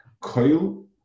coil